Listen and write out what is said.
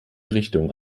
richtungen